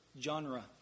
genre